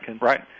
Right